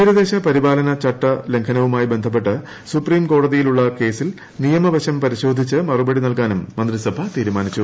തീര്ദേഴ്സ് പ്രിപാലന ചട്ട ലംഘനവുമായി ബന്ധപ്പെട്ട് സുപ്രീം ക്കോട്ടതി യിലുള്ള കേസിൽ നിയമവശം പരിശോധിച്ച് മറുപടി നീൽക്രാനും മന്ത്രിസഭ തീരുമാനിച്ചു